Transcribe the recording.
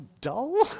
dull